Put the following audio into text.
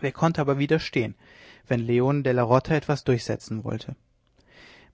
wer konnte aber widerstehen wenn leone della rota etwas durchsetzen wollte